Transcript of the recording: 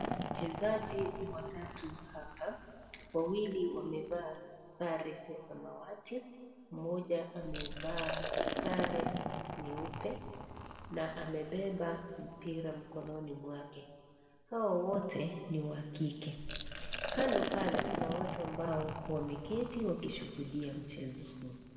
Chezaji watatu hapa. wawili wamevaa sare ya samawati. Mmoja amevaa sare nyeupe na amebeba mpira mkononi mwake. Hawa wote ni wa kike. Kando pale kuna watu ambao wameketi wakishuhudia mchezo huu.